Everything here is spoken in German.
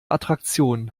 attraktion